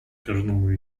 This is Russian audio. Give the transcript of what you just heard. каждому